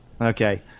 Okay